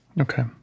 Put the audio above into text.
Okay